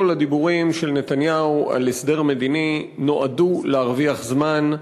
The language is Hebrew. כל הדיבורים של נתניהו על הסדר מדיני נועדו להרוויח זמן,